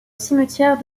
cimetière